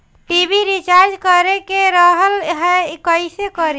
TV recharge करे के रहल ह कइसे करी?